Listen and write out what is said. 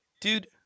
Dude